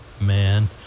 man